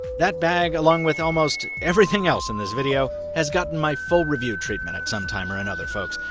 that bag, along with almost everything else in this video has gotten my full review treatment at some time or another, folks.